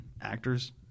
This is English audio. actors